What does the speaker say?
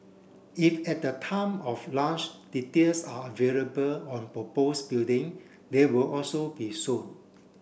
if at the time of lunch details are available on propose building they will also be shown